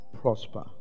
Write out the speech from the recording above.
prosper